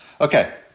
Okay